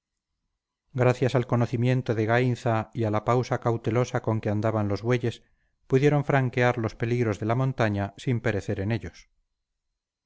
gracias al conocimiento de gainza y a la pausa cautelosa con que andaban los bueyes pudieron franquear los peligros de la montaña sin perecer en ellos